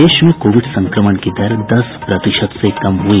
प्रदेश में कोविड संक्रमण की दर दस प्रतिशत से कम हुई